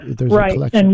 Right